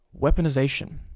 Weaponization